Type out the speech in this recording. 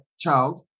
child